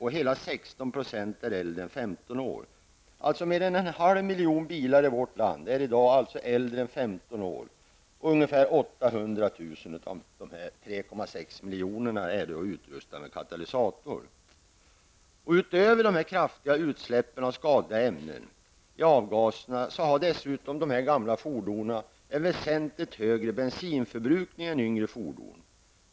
Hela 16 % är äldre än femton år. Mer än en halv miljon bilar i vårt land är i dag äldre än femton år. Ungefär 800 000 av de 3,6 miljonerna är utrustade med katalysator. Utöver de kraftiga utsläppen av skadliga ämnen i avgaserna har de gamla fordonen en väsentligt högre bensinförbrukning än yngre fordon.